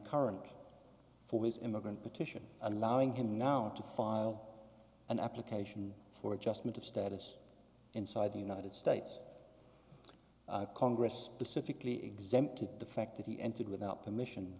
current for his immigrant petition allowing him now to file an application for adjustment of status inside the united states congress pacifically exempted the fact that he entered without permission